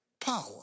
power